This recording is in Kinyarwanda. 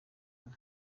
umwe